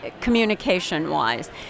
communication-wise